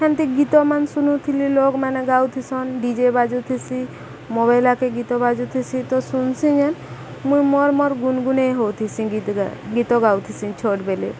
ହେନ୍ତି ଗୀତମାନ ଶୁଣୁଥିଲି ଲୋକମାନେ ଗାଉଥିସନ୍ ଡିଜେ ବାଜୁଥିସି ମୋବାଇଲାକେ ଗୀତ ବାଜୁଥିସି ତ ଶୁଣିସିନ୍ ମୁଇଁ ମୋର୍ ମୋର୍ ଗୁନଗୁନେଇ ହଉଥିସି ଗୀ ଗୀତ ଗାଉଥିସି ଛୋଟବେଲେ